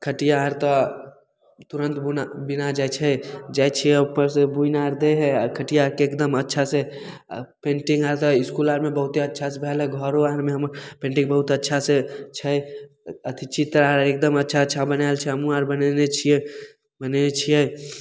खटिया आर तऽ तुरन्त बुना बिना जाइ छै जाइ छियै उपरसँ बुनि आर दै हइ आर खटिया आरके एकदम अच्छासँ पेन्टिंग आर तऽ इसकुल आरमे बहुत्ते अच्छासँ उएह लए घरो आरमे पेन्टिंग बहुत अच्छासँ छै अथी चित्र एकदम अच्छा अच्छा बनायल छै हमहुँ आर बनेने छियै बनेने छियै